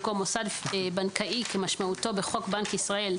במקום "מוסד בנקאי כמשמעותו בחוק בנק ישראל,